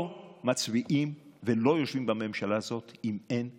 לא מצביעים ולא יושבים בממשלה הזאת אם אין תקציב.